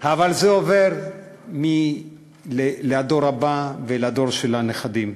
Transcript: אבל זה עובר לדור הבא ולדור של הנכדים,